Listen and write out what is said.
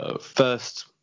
first